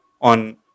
on